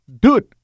Dude